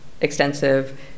extensive